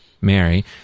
Mary